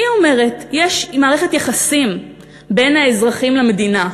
היא אומרת: יש מערכת יחסים בין האזרחים למדינה.